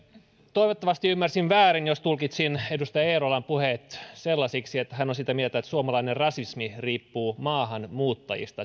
toivottavasti ymmärsin väärin jos tulkitsin edustaja eerolan puheet sellaisiksi että hän on sitä mieltä että suomalainen rasismi riippuu maahanmuuttajista